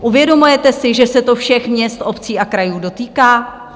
Uvědomujete si, že se to všech měst obcí a krajů dotýká?